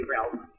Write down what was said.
realm